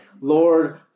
Lord